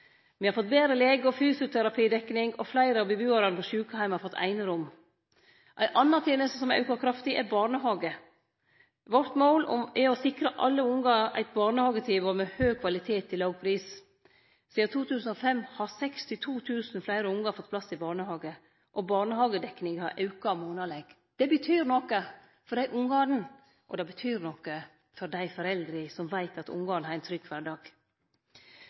Me har fått betre lege- og fysioterapidekning, og fleire av bebuarane på sjukeheim har fått einerom. Ei anna teneste som har auka kraftig, er barnehage. Vårt mål er å sikre alle ungar eit barnehagetilbod med høg kvalitet til låg pris. Sidan 2005 har 62 000 fleire ungar fått plass i barnehage, og barnehagedekninga har auka monaleg. Det betyr noko for dei ungane, og det betyr noko for foreldra, som veit at ungane har ein